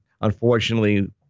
unfortunately